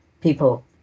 people